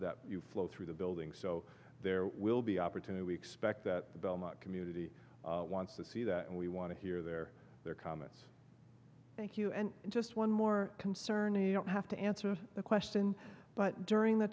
t flow through the building so there will be opportunity we expect that the belmont community wants to see that and we want to hear their their comments thank you and just one more concern you don't have to answer the question but during the